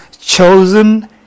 chosen